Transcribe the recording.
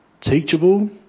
teachable